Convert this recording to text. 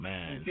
Man